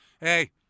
Hey